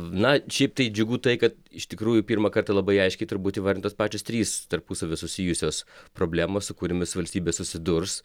na šiaip tai džiugu tai kad iš tikrųjų pirmą kartą labai aiškiai turbūt įvardintos pačios trys tarpusavy susijusios problemos su kuriomis valstybė susidurs